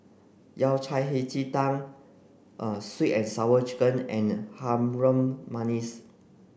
Yao Cai Hei Ji Tang sweet and sour chicken and Harum Manis